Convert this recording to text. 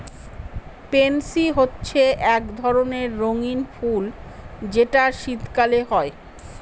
pansy হচ্ছে এক ধরণের রঙ্গীন ফুল যেটা শীতকালে হয়